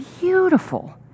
beautiful